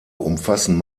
umfassen